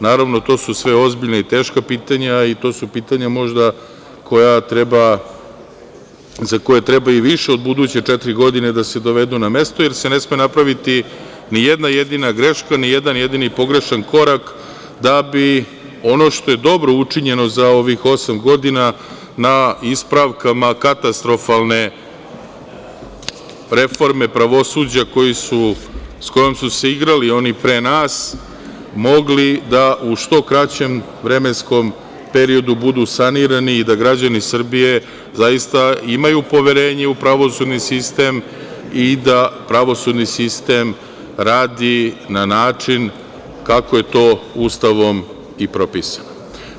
Naravno, to su sve ozbiljna i teška pitanja i to su pitanja možda za koja treba i više od buduće četiri godine da se dovedu na mestu, jer se ne sme napraviti nijedna jedina greška, nijedan jedini pogrešan korak, da bi ono što je dobro učinjeno za ovih osam godina na ispravkama katastrofalne reforme pravosuđa s kojom su se igrali oni pre nas, mogli da u što kraćem vremenskom periodu budu sanirani i da građani Srbije zaista imaju poverenje u pravosudni sistem i da pravosudni sistem radi na način kako je to Ustavom i propisano.